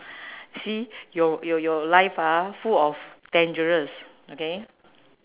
see your your your life ah full of dangerous okay